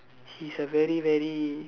he's a very very